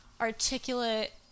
Articulate